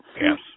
Yes